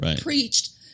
preached